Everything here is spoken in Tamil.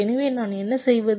எனவே நான் என்ன செய்வது